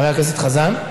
חבר הכנסת חזן,